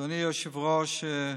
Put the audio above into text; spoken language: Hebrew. אדוני היושב-ראש,